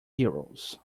heroes